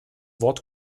wort